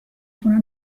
تونن